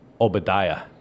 Obadiah